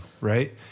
right